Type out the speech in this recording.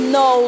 no